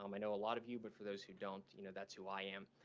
um i know a lot of you, but for those who don't, you know, that's who i am.